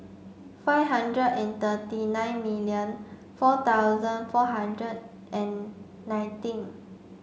five hundred and thirty nine million four thousand four hundred and nineteen